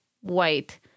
White